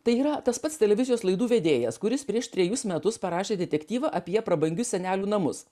tai yra tas pats televizijos laidų vedėjas kuris prieš trejus metus parašė detektyvą apie prabangius senelių namus